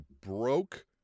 broke